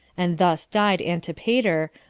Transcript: and thus died antipater,